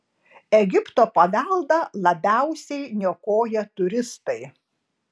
egipto paveldą labiausiai niokoja turistai